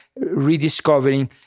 rediscovering